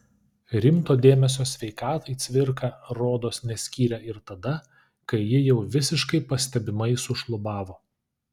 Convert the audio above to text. rimto dėmesio sveikatai cvirka rodos neskyrė ir tada kai ji jau visiškai pastebimai sušlubavo